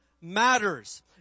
matters